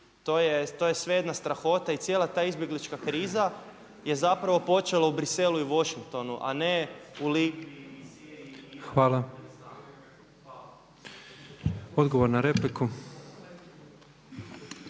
To je sve jedna strahota i cijela ta izbjeglička kriza je zapravo počela u Bruxellesu i Washingtonu, a ne … /Govornik